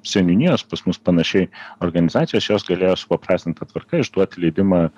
seniūnijos pas mus panašiai organizacijos jos galėjo supaprastinta tvarka išduoti leidimą